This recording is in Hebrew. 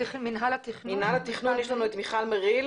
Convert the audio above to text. ממינהל התכנון נמצאת איתנו בזום מיכל מריל,